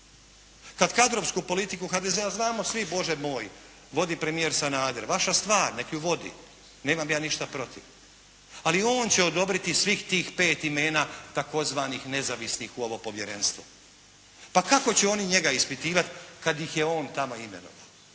kad kadrovsku politiku HDZ-a znamo svi Bože moj, vodi premijer Sanader. Vaša stvar, nek' ju vodi, nemam ja ništa protiv, ali on će odobriti svih tih 5 imena tzv. nezavisnih u ovo povjerenstvo. Pa kako će oni njega ispitivati kad ih je on tamo imenovao?